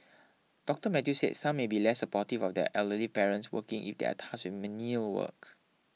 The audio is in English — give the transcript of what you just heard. Doctor Mathew said some may be less supportive of their elderly parents working if they are tasked with menial work